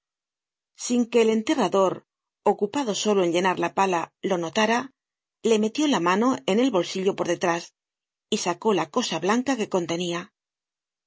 sin que el enterrador ocupado solo en llenar la pala lo notara le metió la mano en el bolsillo por detrás y sacó la cosa blanca que contenia